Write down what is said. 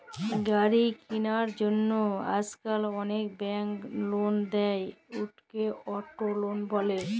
গাড়ি কিলার জ্যনহে আইজকাল অলেক ব্যাংক লল দেই, উটকে অট লল ব্যলে